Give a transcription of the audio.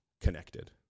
connected